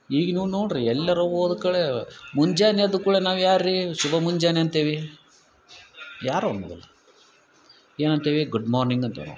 ಈಗ ನೀವು ನೋಡ್ರಿ ಎಲ್ಲರು ಹೋದ ಕಡೆ ಮುಂಜಾನೆ ಎದ್ದ ಕೂಡಲೆ ನಾವು ಯಾರು ರಿ ಶುಭ ಮುಂಜಾನೆ ಅಂತೀವಿ ಯಾರು ಅನ್ನುದಿಲ್ಲ ಏನಂತೀವಿ ಗುಡ್ ಮಾರ್ನಿಂಗ್ ಅಂತೀವಿ ನಾವು